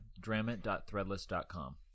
Dramit.threadless.com